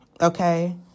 okay